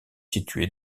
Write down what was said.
située